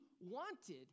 wanted